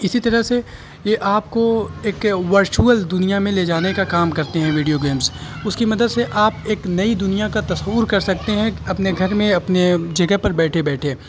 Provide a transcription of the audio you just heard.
اسی طرح سے یہ آپ کو ایک ورچوئل دنیا میں لے جانے کا کام کرتے ہیں ویڈیو گیمس اس کی مدد سے آپ ایک نئی دنیا کا تصور کر سکتے ہیں اپنے گھر میں اپنے جگہ پر بیٹھے بیٹھے